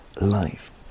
life